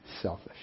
selfish